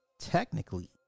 technically